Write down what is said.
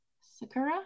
Sakura